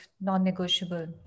non-negotiable